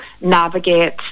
navigate